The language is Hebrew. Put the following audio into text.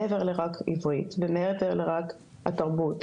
מעבר לרק עברית ומעבר רק לתרבות,